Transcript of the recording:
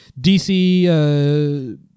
DC